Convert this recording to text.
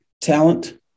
Talent